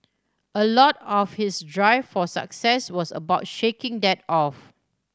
a lot of his drive for success was about shaking that off